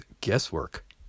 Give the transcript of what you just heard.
guesswork